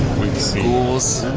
we've seen ghouls.